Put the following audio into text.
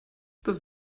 das